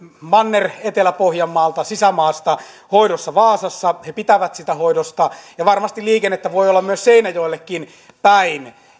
manner etelä pohjanmaalta sisämaasta hoidossa vaasassa he pitävät siitä hoidosta ja varmasti liikennettä voi olla myös seinäjoellekin päin